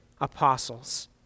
apostles